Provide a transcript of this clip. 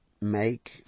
make